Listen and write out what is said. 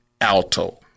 alto